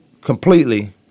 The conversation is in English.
completely